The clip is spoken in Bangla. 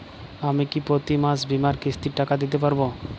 আমি কি প্রতি মাসে বীমার কিস্তির টাকা দিতে পারবো?